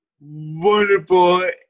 wonderful